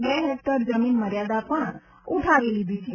બે હેકટર જમીન મર્યાદા પણ ઉઠાવી લીધી છે